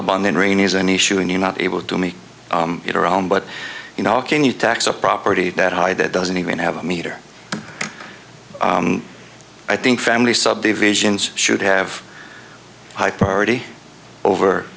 bond then rain is an issue and you're not able to make it around but you know how can you tax a property that high that doesn't even have a meter i think family subdivisions should have high priority over